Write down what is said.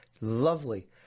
Lovely